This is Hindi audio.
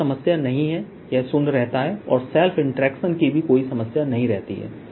तो कोई समस्या नहीं है यह शून्य रहता है और सेल्फ इंटरेक्शन की भी कोई समस्या नहीं रहती है